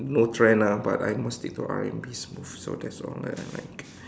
no trend ah but I mostly to R&B most so that's all that I like